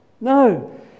No